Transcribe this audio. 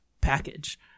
package